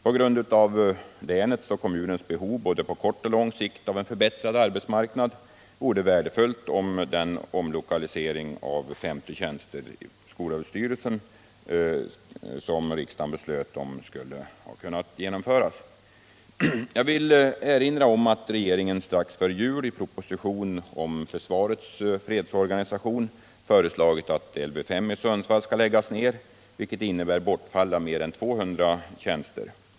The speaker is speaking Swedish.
På grund av länets och kommunens behov på både kort och lång sikt av en förbättrad arbetsmarknad vore det värdefullt om den omlokalisering av 50 tjänster i skolöverstyrelsen som riksdagen beslöt om hade kunnat genomföras. Jag vill erinra om att regeringen strax före jul i proposition om försvarets fredsorganisation föreslagit att Lv 5 i Sundsvall skall läggas ner, vilket innebär bortfall av mer än 200 tjänster.